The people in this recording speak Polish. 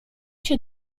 się